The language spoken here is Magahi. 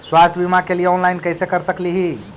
स्वास्थ्य बीमा के लिए ऑनलाइन कैसे कर सकली ही?